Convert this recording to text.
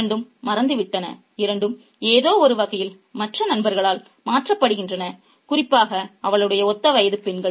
இரண்டும் மறந்துவிட்டன இரண்டும் ஏதோவொரு வகையில் மற்ற நபர்களால் மாற்றப்படுகின்றன குறிப்பாக அவளுடைய ஒத்த வயது பெண்கள்